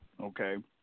Okay